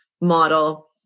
model